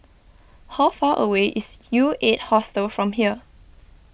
how far away is U eight Hostel from here